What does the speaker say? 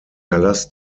erlass